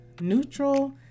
neutral